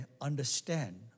understand